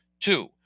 Two